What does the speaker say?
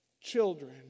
Children